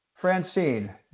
Francine